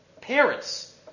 Parents